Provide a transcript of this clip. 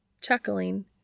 Chuckling